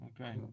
okay